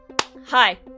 Hi